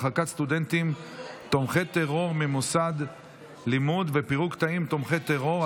הרחקת סטודנטים תומכי טרור ממוסד לימוד ופירוק תאים תומכי טרור),